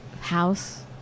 house